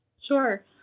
Sure